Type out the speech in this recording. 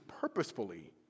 purposefully